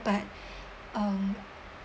but um